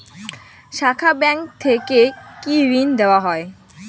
শাখা ব্যাংক থেকে কি ঋণ দেওয়া হয়?